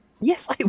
Yes